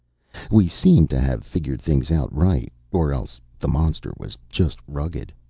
we seemed to have figured things out right or else the monster was just rugged.